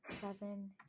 seven